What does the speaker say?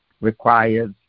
requires